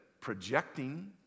projecting